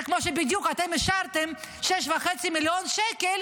זה בדיוק כמו שאתם אישרתם 6.5 מיליון שקל